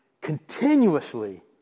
continuously